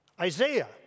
Isaiah